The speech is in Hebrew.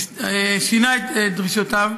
שינה את דרישותיו,